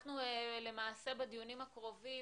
למעשה, בדיונים הקרובים